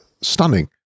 stunning